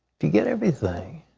to get everything?